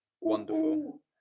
wonderful